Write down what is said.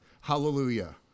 Hallelujah